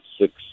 six